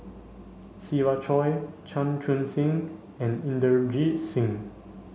Siva Choy Chan Chun Sing and Inderjit Singh